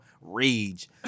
rage